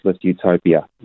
utopia